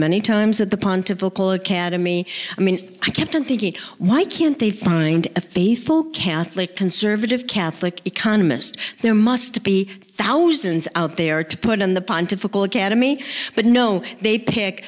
many times at the pontifical academy i mean i kept on thinking why can't they find a faithful catholic conservative catholic economist there must be thousands out there to put in the pontifical academy but no they pick